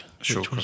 Sure